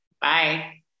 Bye